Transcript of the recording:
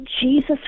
Jesus